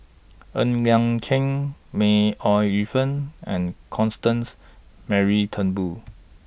Ng Liang Chiang May Ooi Yu Fen and Constance Mary Turnbull